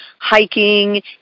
hiking